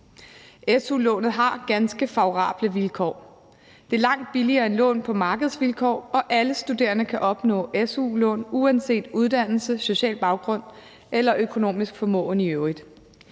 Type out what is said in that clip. Su-lånet har ganske favorable vilkår. Det er langt billigere end lån på markedsvilkår, og alle studerende kan opnå su-lån uanset uddannelse, social baggrund eller økonomisk formåen i øvrigt.